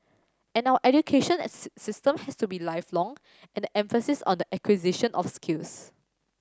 and our education system has to be lifelong and the emphasis on the acquisition of skills